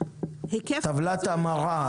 טבלת המרה.